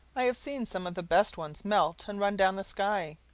i have seen some of the best ones melt and run down the sky.